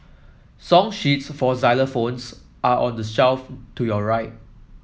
song sheets for xylophones are on the shelf to your right